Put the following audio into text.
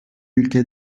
ülke